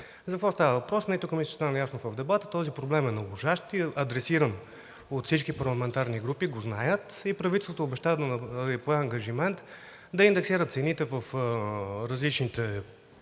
За какво става въпрос? Мисля, че тук стана ясно в дебата, този проблем е належащ и е адресиран от всички парламентарни групи – и го знаят, и правителството обеща и пое ангажимент да индексира цените в различните